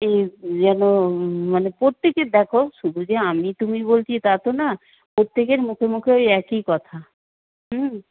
এ যেন মানে প্রত্যেকের দেখো শুধু যে আমি তুমি বলছি তা তো না প্রত্যেকের মুখে মুখে ওই একই কথা